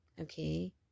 okay